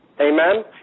Amen